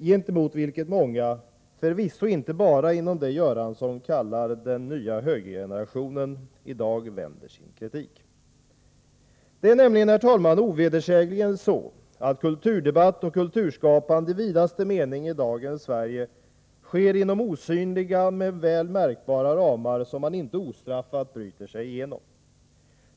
gentemot vilket många, förvisso inte bara inom det som Göransson kallar den nya högergenerationen, i dag vänder sin kritik. Det är nämligen, herr talman, ovedersägligen så att kulturdebatt och kulturskapande i vidaste mening i dagens Sverige sker inom osynliga men väl märkbara ramar som man inte ostraffat bryter sig igenom.